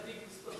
היה צדיק בסדום,